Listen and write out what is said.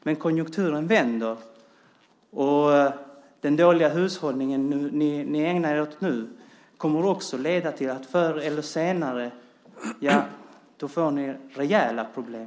Men konjunkturen vänder, och den dåliga hushållning som ni ägnar er åt nu kommer att leda till att ni förr eller senare får rejäla problem.